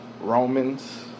Romans